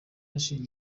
hashize